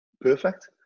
Perfect